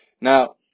Now